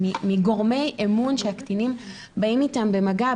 מגורמי אמון שהקטינים באים איתם במגע,